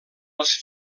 els